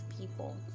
people